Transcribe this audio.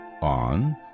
on